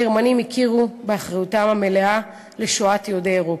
הגרמנים הכירו באחריותם המלאה לשואת יהודי אירופה,